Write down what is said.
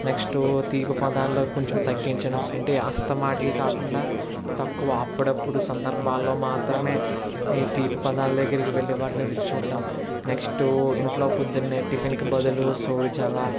next తీపి పదార్థాలు కొంచెం తగ్గించడం అంటే అస్తమాటికి కాకుండా తక్కువ అప్పుడప్పుడు సందర్భాలలో మాత్రమే తీపి పదార్థాల దగ్గరికి వెళ్ళి వాటిని రుచి చూడడం నెక్స్ట్ ఇంట్లో పొద్దున్నే టిఫిన్కి బదులు సోడి జావా